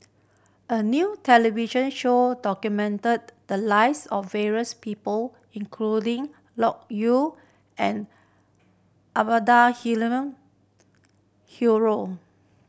a new television show documented the lives of various people including Loke Yew and Abdul Halim